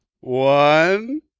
One